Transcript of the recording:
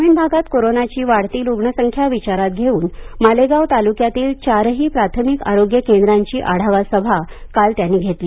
ग्रामीण भागात कोरोनाची वाढती रुग्णसंख्या विचारात घेवून मालेगाव तालुक्यातील चारही प्राथमिक आरोग्य केंद्रांची आढावा सभा काल त्यांनी घेतली